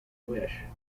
wish